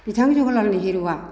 बिथां जवाहरलाल नेहरुआ